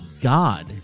God